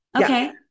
okay